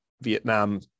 Vietnam